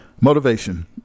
motivation